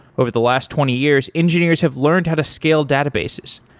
over the last twenty years, engineers have learned how to scale databases.